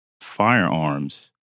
firearms